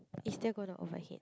is that gonna overhead